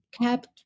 kept